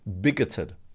bigoted